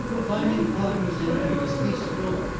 of finding parker's energy distasteful,